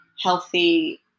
healthy